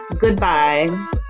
goodbye